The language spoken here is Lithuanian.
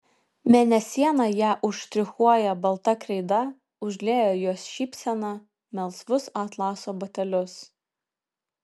mėnesiena ją užštrichuoja balta kreida užlieja jos šypseną melsvus atlaso batelius